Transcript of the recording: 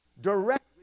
directly